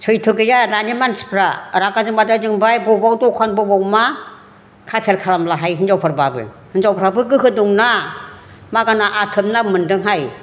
सैथो गैया दानि मानसिफ्रा रागा जोंबाथाय जोंबाय बबेयाव दखान बबेयाव मा खाथिर खालामलाहाय हिनजावफोरबाबो हिनजावफ्राबो गोहो दंना मागोना आथोब नाम मोनदोंहाय